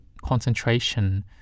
concentration